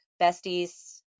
Besties